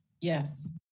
Yes